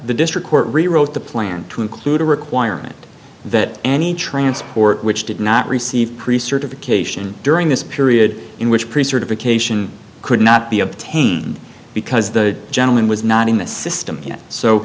the district court rewrote the plan to include a requirement that any transport which did not receive pre certified cation during this period in which pre certified cation could not be obtained because the gentleman was not in the system yet so